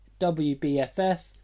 wbff